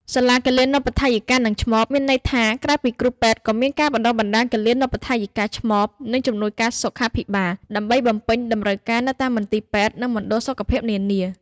សាលាគិលានុបដ្ឋាយិកា និងឆ្មប មានន័យថា ក្រៅពីគ្រូពេទ្យក៏មានការបណ្ដុះបណ្ដាលគិលានុបដ្ឋាយិកា ឆ្មប និងជំនួយការសុខាភិបាល ដើម្បីបំពេញតម្រូវការនៅតាមមន្ទីរពេទ្យ និងមណ្ឌលសុខភាពនានា។